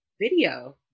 video